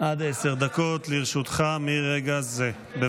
עד עשר דקות לרשותך מרגע זה, אדוני.